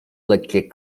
lekkie